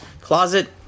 closet